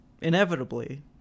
inevitably